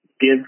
give